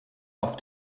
auf